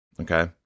Okay